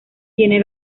tiene